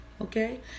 okay